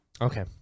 Okay